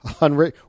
on